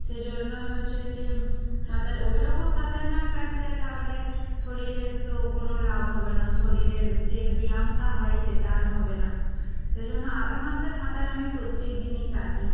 সে জন্যই হচ্ছে গিয়ে সাঁতার ওইরকম সাঁতার না কাটলে তাহলে শরীরের তো কোনো লাভ হবে না শরীরের যে ব্যায়ামটা হয় সেটা আর হবে না সে জন্যন্য আধা ঘণ্টা সাঁতার আমি প্রত্যেক দিনই কাটি